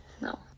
no